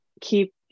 keep